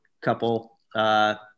couple